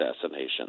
assassination